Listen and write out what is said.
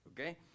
Okay